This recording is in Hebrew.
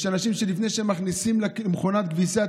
יש אנשים שלפני שהם מכניסים את הבגד למכונת כביסה,